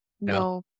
No